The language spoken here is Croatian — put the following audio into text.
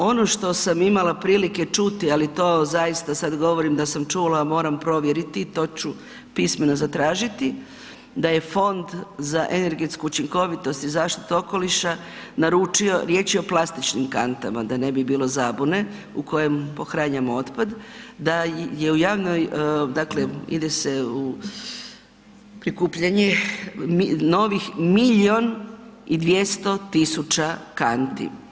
Ono što sam imala prilike čuti, ali to zaista sada govorim da sam čula, moram provjeriti i to ću pismeno zatražiti, da je Fond za energetsku učinkovitost i zaštitu okoliša naručio, riječ je o plastičnim kantama da ne bi bilo zabune u koje pohranjujemo otpad, dakle ide se u prikupljanje novih milijun i 200 tisuća kanti.